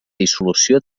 dissolució